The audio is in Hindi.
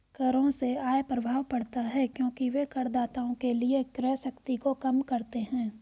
करों से आय प्रभाव पड़ता है क्योंकि वे करदाताओं के लिए क्रय शक्ति को कम करते हैं